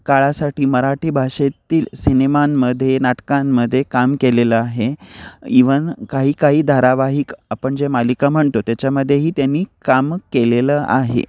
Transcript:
काळासाठी मराठी भाषेतील सिनेमांमध्ये नाटकांमध्ये काम केलेलं आहे इव्हन काही काही धारावाहिक आपण जे मालिका म्हणतो त्याच्यामध्येही त्यांनी कामं केलेलं आहे